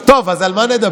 טוב, אז על מה נדבר?